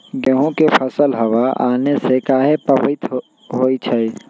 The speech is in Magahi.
गेंहू के फसल हव आने से काहे पभवित होई छई?